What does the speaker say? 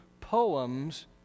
poems